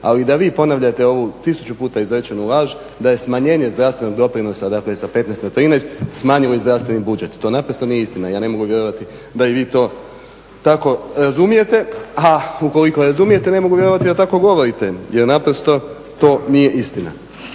ali da vi ponavljate ovu tisuću puta izrečenu laž, da je smanjenje zdravstvenog doprinosa dakle sa 15 na 13 smanjio zdravstveni budžet to naprosto nije istina, ja ne mogu vjerovati da vi to tako razumijete. A ukoliko razumijete ne mogu vjerovati da tako govorite jer naprosto to nije istina.